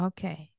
Okay